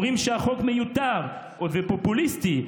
אומרים שהחוק מיותר ופופוליסטי,